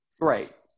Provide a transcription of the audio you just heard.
Right